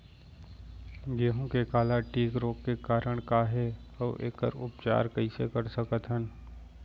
गेहूँ के काला टिक रोग के कारण का हे अऊ एखर उपचार कइसे कर सकत हन?